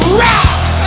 rock